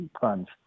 funds